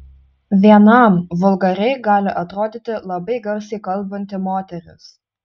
vienam vulgariai gali atrodyti labai garsiai kalbanti moteris